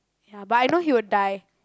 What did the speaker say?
ya but I know he will die